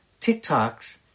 TikToks